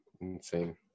Insane